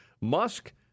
Musk